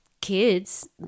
kids